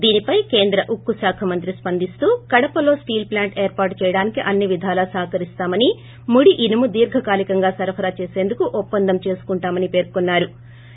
దీనిపై కేంద్ర ఉక్కుశాఖ మంత్రి స్పందిస్తూ కడపలో స్టీల్ ప్లాంటు ఏర్పాటు చేయడానికి అన్ని విధాల సహకరిస్తామని ముడి ఇనుము దీర్ఘకాలికంగా సరఫరా చేసేందుకు ఒప్పందం చేసుకుంటామని పేర్కొన్నారు